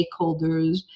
stakeholders